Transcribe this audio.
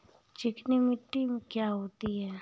चिकनी मिट्टी क्या होती है?